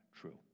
true